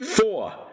Four